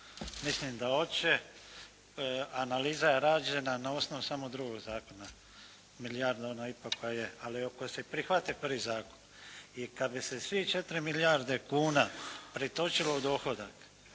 Mislim da hoće. Analiza je rađena na osnovu samo drugog zakona milijarda ona i pol koja je, ali ako se prihvati prvi zakon i kad bi se svih 4 milijarde kuna pretočilo u dohodak